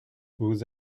vous